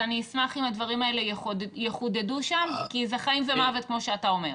אני אשמח אם הדברים האלה יחודדו שם כי זה חיים ומוות כמו שאתה אומר.